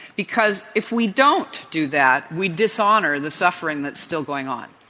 because if we don't do that, we dishonor the suffering that's still going on.